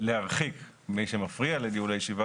להרחיק את מי שמפריע לניהול הישיבה,